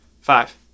five